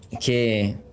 que